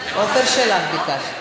עפר שלח, את ביקשת.